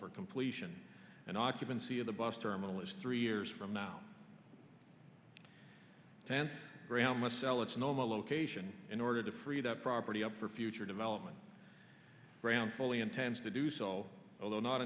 for completion and occupancy of the bus terminal is three years from now ten must sell its normal location in order to free that property up for future development around fully intends to do so although not